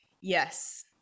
Yes